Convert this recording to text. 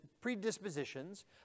predispositions